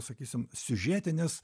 sakysim siužetinis